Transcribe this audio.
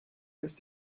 ist